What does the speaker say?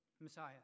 Messiah